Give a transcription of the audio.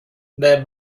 the